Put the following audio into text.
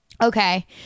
Okay